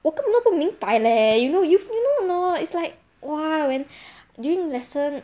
我根本都不明白 leh you know you you know or not it's like !wah! when during lessons